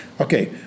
Okay